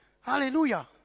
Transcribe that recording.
Hallelujah